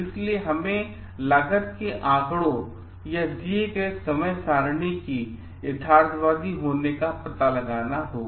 इसलिए इस तरह हमें लागत के आंकड़ों या दिए गए समय सारिणी का यथार्थवादी होना पता लगाना होगा